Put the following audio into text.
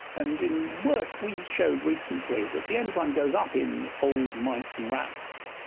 and in work we showed recently that the enzyme goes up in old mice and rats,